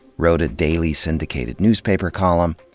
wrote a daily syndicated newspaper column,